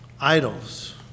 Idols